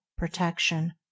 protection